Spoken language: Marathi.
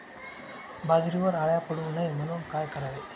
बाजरीवर अळ्या पडू नये म्हणून काय करावे?